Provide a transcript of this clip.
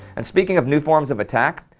and speaking of new forms of attack,